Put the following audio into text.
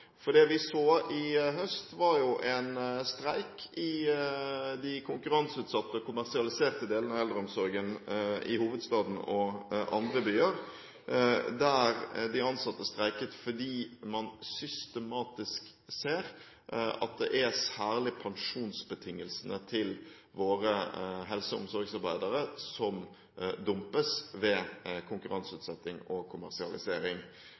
For det vi så i høst, var en streik i de konkurranseutsatte, kommersialiserte delene av eldreomsorgen i hovedstaden og andre byer, der de ansatte streiket fordi man systematisk ser at det særlig er pensjonsbetingelsene til våre helse- og omsorgsarbeidere som dumpes ved konkurranseutsetting og kommersialisering.